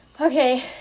okay